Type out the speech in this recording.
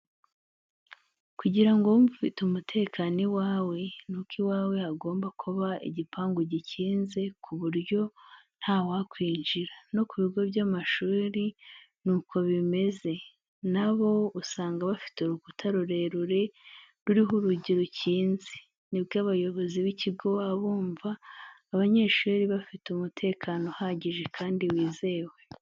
Kugira ngo wumve ufite umutekano iwawe, nuko iwawe hagomba kuba igipangu gikinze ku buryo ntawakwinjira, no ku bigo by'amashuri ni uko bimeze na bo usanga bafite urukuta rurerure ruriho urugi rukinze, nibwo abayobozi b'ikigo baba bumva abanyeshuri bafite umutekano uhagije kandi wizewe.